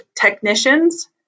technicians